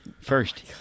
First